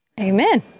Amen